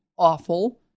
Awful